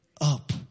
up